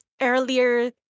earlier